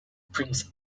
prince